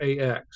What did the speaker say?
AX